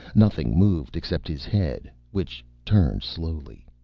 nothing moved except his head, which turned slowly.